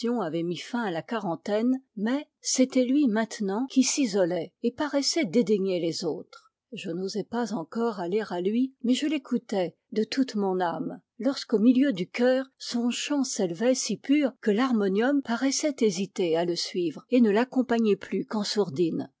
avait mis fin à la quarantaine mais c'était lui maintenant qui s'isolait et paraissait dédaigner les autres je n'osais pas encore aller à lui mais je l'écoutais de toute mon âme lorsqu'au milieu du chœur son chant s'élevait si pur que l'harmonium paraissait hésiter à le suivre et ne l'accompagnait plus qu'en